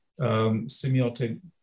semiotic